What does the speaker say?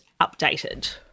updated